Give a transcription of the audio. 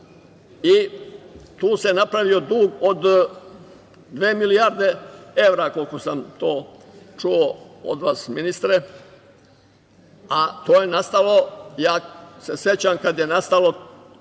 i tu se napravio dug od dve milijarde evra, koliko sam čuo od vas, ministre. To je nastalo, sećam se kada je nastao